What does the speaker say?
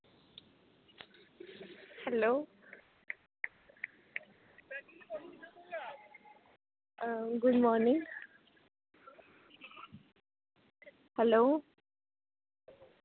hello good morning hello